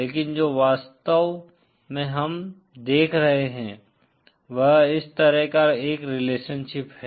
लेकिन जो वास्तव में हम देख रहे हैं वह इस तरह का एक रिलेशनशिप है